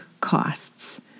costs